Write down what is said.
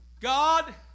God